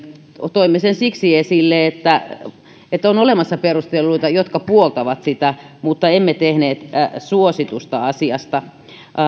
toimme sen siksi esille että että on olemassa perusteluita jotka puoltavat sitä mutta emme tehneet suositusta asiasta